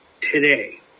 today